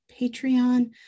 Patreon